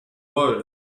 world